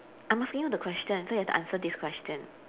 I'm asking you the question so you have to answer this question